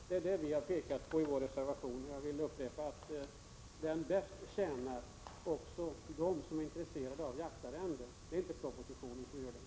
Det är det vi har pekat på i reservationen, och jag vill upprepa att den bäst tjänar dem som är intresserade av jaktarrenden — det gör inte propositionen.